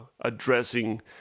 addressing